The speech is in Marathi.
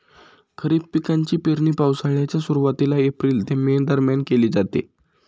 खरीप पिकांची पेरणी पावसाळ्याच्या सुरुवातीला एप्रिल ते मे दरम्यान केली जाते